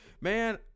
man